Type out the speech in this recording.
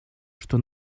что